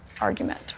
argument